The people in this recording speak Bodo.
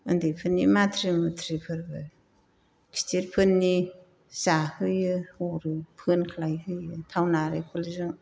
उन्दैफोरनि माद्रि मुद्रिफोरबो गिदिरफोरनि जाहोयो हरो फोनग्लायहोयो थाव नारेंखलजों